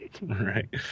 Right